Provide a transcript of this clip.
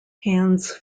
hands